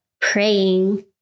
praying